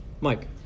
Mike